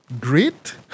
great